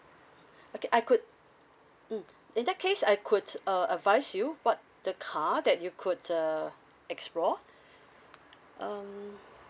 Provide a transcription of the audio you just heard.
okay I could mm in that case I could uh advise you what the car that you could uh explore um